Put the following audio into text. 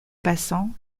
passant